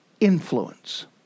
influence